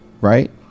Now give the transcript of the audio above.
right